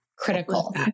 critical